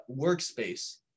workspace